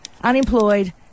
unemployed